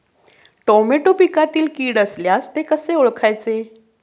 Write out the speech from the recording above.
Tomato पिकातील कीड असल्यास ते कसे ओळखायचे?